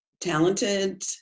talented